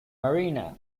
marina